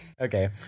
Okay